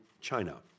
China